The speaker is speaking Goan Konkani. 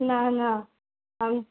ना ना आम